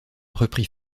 reprit